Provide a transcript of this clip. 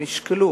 שהם ישקלו